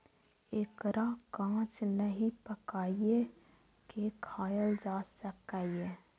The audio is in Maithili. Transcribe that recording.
एकरा कांच नहि, पकाइये के खायल जा सकैए